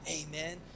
Amen